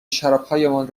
شرابهایمان